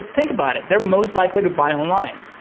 think about it. they're most likely to buy online.